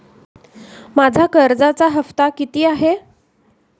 माझा कर्जाचा हफ्ता किती आहे?